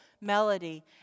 melody